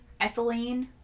Ethylene